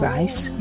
Rice